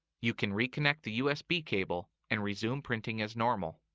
you can reconnect the usb cable and resume printing as normal.